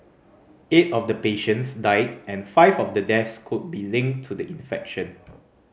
eight of the patients died and five of the deaths could be linked to the infection